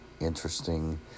Interesting